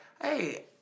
Hey